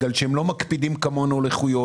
כי הם לא מקפידים כמונו על איכויות.